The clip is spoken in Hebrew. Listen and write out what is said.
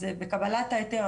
אז בקבלת ההיתר,